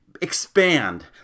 expand